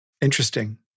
Interesting